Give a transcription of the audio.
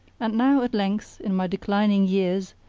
and now, at length, in my declining years,